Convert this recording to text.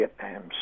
Vietnam